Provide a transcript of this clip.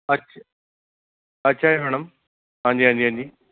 ਅੱਛ ਅੱਛਾ ਜੀ ਮੈਡਮ ਹਾਂਜੀ ਹਾਂਜੀ ਹਾਂਜੀ